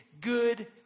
good